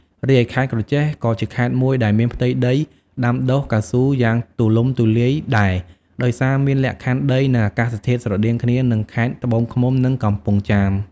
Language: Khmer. រីឯខេត្តក្រចេះក៏ជាខេត្តមួយដែលមានផ្ទៃដីដាំដុះកៅស៊ូយ៉ាងទូលំទូលាយដែរ ដោយសារមានលក្ខខណ្ឌដី និងអាកាសធាតុស្រដៀងគ្នានឹងខេត្តត្បូងឃ្មុំ និងកំពង់ចាម។